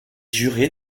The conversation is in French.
juré